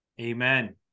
Amen